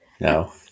No